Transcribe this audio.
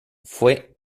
fue